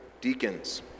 deacons